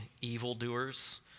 evildoers